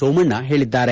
ಸೋಮಣ್ಣ ಹೇಳಿದ್ದಾರೆ